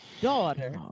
daughter